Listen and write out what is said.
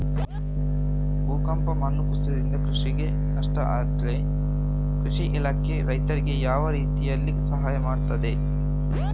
ಭೂಕಂಪ, ಮಣ್ಣು ಕುಸಿತದಿಂದ ಕೃಷಿಗೆ ನಷ್ಟ ಆದ್ರೆ ಕೃಷಿ ಇಲಾಖೆ ರೈತರಿಗೆ ಯಾವ ರೀತಿಯಲ್ಲಿ ಸಹಾಯ ಮಾಡ್ತದೆ?